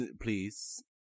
Please